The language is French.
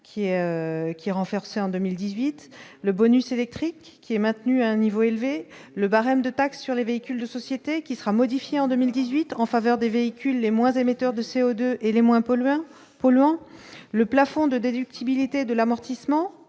qui qui renforcée en 2018 le bonus électrique qui est maintenu à un niveau élevé le barème de taxe sur les véhicules de société qui sera modifiée en 2018 en faveur des véhicules les moins émetteurs de CO2 et les moins polluants polluants, le plafond de déductibilité de l'amortissement